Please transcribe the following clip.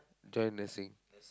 join nursing